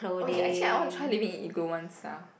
oh ya actually I want to try living in igloo once ah